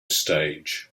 stage